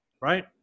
right